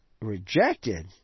rejected